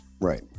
Right